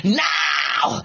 now